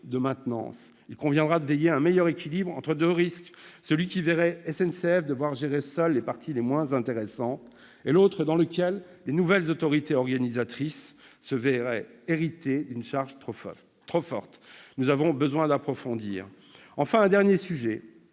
de maintenance. Il conviendra de veiller à un meilleur équilibre entre deux risques : celui qui verrait la SNCF devoir gérer seule les parties les moins intéressantes et celui qui verrait les nouvelles autorités organisatrices hériter d'une charge trop lourde. Nous avons besoin d'approfondir la question.